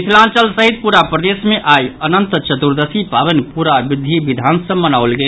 मिथिलांचल सहित पूरा प्रदेश मे आई अनंत चतुर्दशी पावनि पूरा विधि विधान सॅ मनाओल गेल